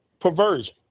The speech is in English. perversion